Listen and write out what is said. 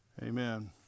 Amen